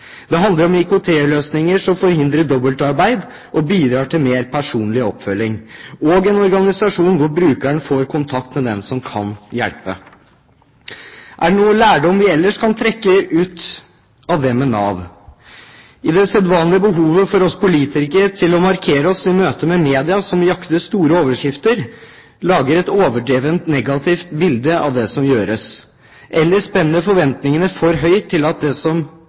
Det handler om IKT-løsninger som forhindrer dobbeltarbeid og bidrar til mer personlig oppfølging, og en organisasjon hvor brukeren får kontakt med den som kan hjelpe. Er det noen lærdom vi ellers kan trekke av dette? I det sedvanlige behovet vi politikere har til å markere oss i møte med media som jakter på store overskrifter, lager vi et overdrevent negativt bilde av det som gjøres, eller vi spenner forventningene for høyt til det som